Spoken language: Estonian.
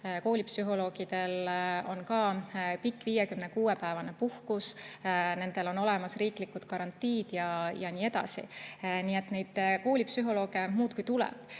Koolipsühholoogidel on ka pikk 56‑päevane puhkus, nendel on olemas riiklikud garantiid jne. Nii et neid koolipsühholooge muudkui tuleb.